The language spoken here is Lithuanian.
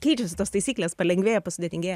keičiasi tos taisyklės palengvėja pasudėtingėja